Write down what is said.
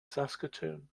saskatoon